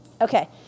Okay